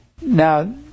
Now